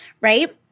right